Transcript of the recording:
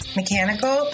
mechanical